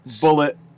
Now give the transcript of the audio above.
Bullet